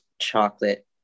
chocolate